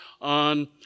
on